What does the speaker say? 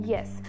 Yes